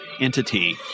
entity